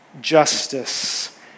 justice